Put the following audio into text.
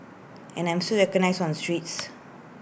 and I'm still recognised on the streets